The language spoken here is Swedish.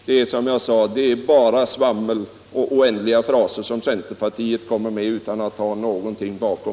Det är, som jag sade, bara svammel och oändliga fraser som centerpartiet kommer med utan att ha någonting bakom.